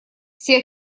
все